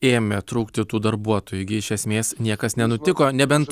ėmė trūkti tų darbuotojų iš esmės niekas nenutiko nebent